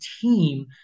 team